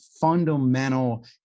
fundamental